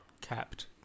capped